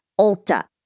Ulta